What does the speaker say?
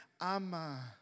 Ama